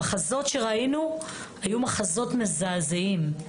המחזות שראינו היו מחזות מזעזעים.